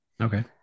okay